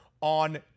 on